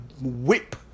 whip